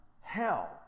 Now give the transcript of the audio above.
hell